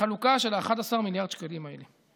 החלוקה של 11 מיליארד השקלים האלה.